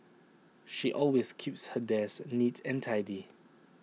she always keeps her desk neat and tidy